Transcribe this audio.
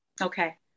Okay